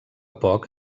poc